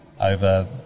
over